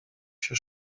się